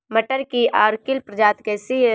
मटर की अर्किल प्रजाति कैसी है?